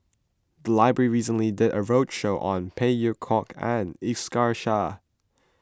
the library recently did a roadshow on Phey Yew Kok and Iskandar Shah